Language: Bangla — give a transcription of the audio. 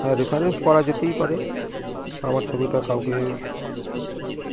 হ্যাঁ রেফারেন্স করা যেতেই পারে আমার ছবিটা কাউকে